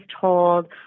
told